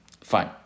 Fine